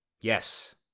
Yes